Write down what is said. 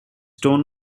tone